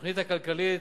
התוכנית הכלכלית,